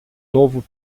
novo